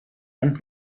und